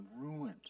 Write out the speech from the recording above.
ruined